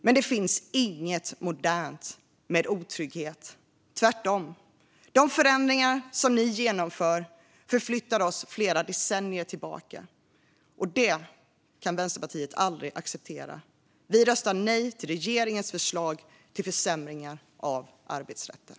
Men det finns ingenting modernt med otrygghet. Tvärtom - de förändringar ni genomför förflyttar oss flera decennier tillbaka. Det kan Vänsterpartiet aldrig acceptera. Vi röstar nej till regeringens förslag till försämringar av arbetsrätten.